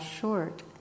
short